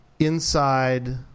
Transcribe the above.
Inside